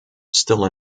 still